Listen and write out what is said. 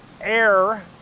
air